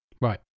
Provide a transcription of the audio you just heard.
right